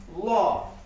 law